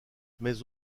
mais